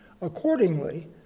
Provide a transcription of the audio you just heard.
accordingly